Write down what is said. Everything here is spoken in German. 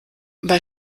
bei